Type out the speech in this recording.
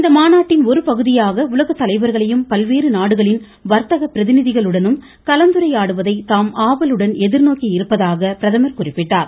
இந்த மாநாட்டின் ஒருபகுதியாக உலகத்தலைவர்களையும் பல்வேறு நாடுகளின் வர்த்தக பிரதிநிதிகளுடனும் கலந்துரையாடுவதை தாம் ஆவலுடன் எதிர்நோக்கியிருப்பதாக பிரதம் குறிப்பிட்டார்